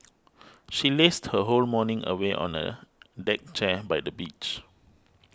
she lazed her whole morning away on a deck chair by the beach